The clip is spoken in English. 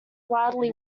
wildly